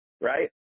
right